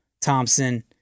Thompson